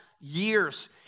years